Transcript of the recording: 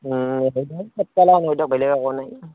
সেইটোৱেই পাতিব লগা হয় দিয়ক বেলেগ একো নাই